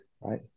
right